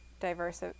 diverse